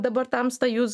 dabar tamsta jūs